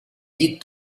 llit